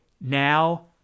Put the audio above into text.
Now